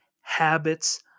habits